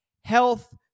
health